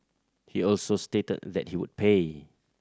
he also stated that he would pay